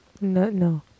no